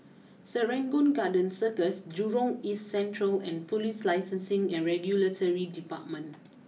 Serangoon Garden Circus Jurong East Central and police Licensing and Regulatory Department